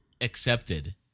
accepted